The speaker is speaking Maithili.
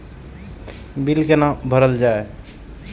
बील कैना भरल जाय?